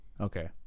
Okay